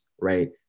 right